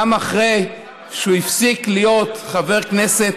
גם אחרי שהוא הפסיק להיות חבר כנסת